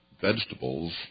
vegetables